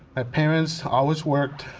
ah parents always worked,